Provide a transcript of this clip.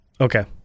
Okay